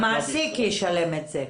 המעסיק ישלם את זה.